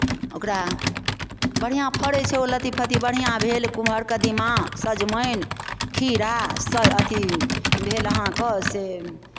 ओकरा बढ़िआँ फड़ैत छै ओ लत्ती फत्ती बढ़िआँ भेल कुमहर कदीमा सजमनि खीरा स् अथी भेल अहाँके से